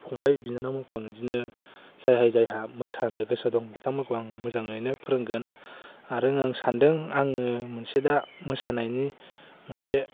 फंबाय बिनानावमोनखौ आं बिदिनो जायहा जायहा मोसानो गोसो दं बिथांमोनखौ आं मोजाङैनो फोरोंगोन आरो आं सानदों आङो मोनसे दा मोसानायनि मोनसे